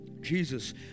Jesus